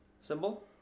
symbol